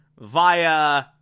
Via